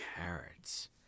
carrots